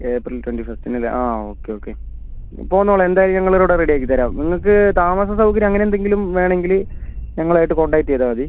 April twenty ഫിഫ്ത്തിന് അല്ലേ ആ ഓക്കെ ഓക്കെ പോന്നോളൂ എന്തായാലും ഞങ്ങൾ ഇവിടെ റെഡി ആക്കി തരാം നിങ്ങൾക്ക് താമസ സൗകര്യം അങ്ങനെ എന്തെങ്കിലും വേണമെങ്കിൽ ഞങ്ങളും ആയിട്ട് കോൺടാക്ട് ചെയ്താൽ മതി